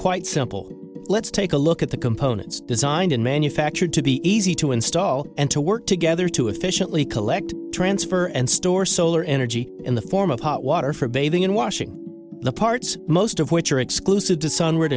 quite simple let's take a look at the components designed and manufactured to be easy to install and to work together to efficiently collect transfer and store solar energy in the form of hot water for bathing and washing the parts most of which are exclusive to s